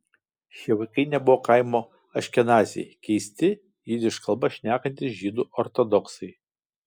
šie vaikai nebuvo kaimo aškenaziai keisti jidiš kalba šnekantys žydų ortodoksai